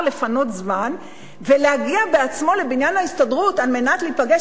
לפנות זמן ולהגיע בעצמו לבניין ההסתדרות על מנת להיפגש